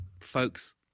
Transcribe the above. folks